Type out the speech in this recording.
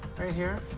right here?